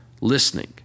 listening